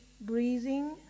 breathing